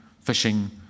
fishing